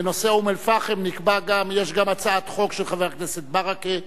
בנושא אום-אל-פחם יש גם הצעת חוק של חבר הכנסת ברכה.